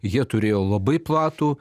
jie turėjo labai platų